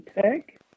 Tech